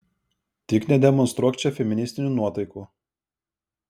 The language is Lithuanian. tik nedemonstruok čia feministinių nuotaikų